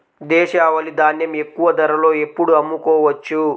దేశవాలి ధాన్యం ఎక్కువ ధరలో ఎప్పుడు అమ్ముకోవచ్చు?